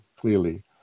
clearly